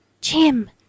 Jim